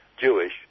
jewish